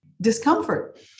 discomfort